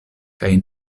kaj